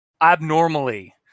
abnormally